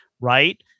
right